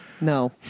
No